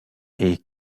est